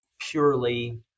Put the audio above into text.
purely